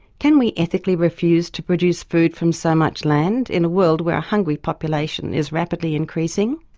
can we ethically refuse to produce food from so much land in a world where a hungry population is rapidly increasing?